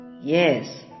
Yes